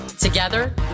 Together